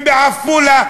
ובעפולה,